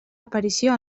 aparició